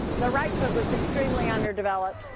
the right foot was extremely underdeveloped.